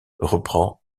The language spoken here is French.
reprend